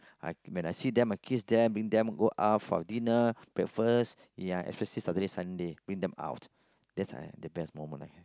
I when I see them I kiss them bring them go out for dinner breakfast ya especially Saturday Sunday bring them out that's uh the best moment I have